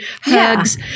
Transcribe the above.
hugs